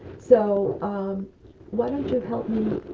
so um why don't you help me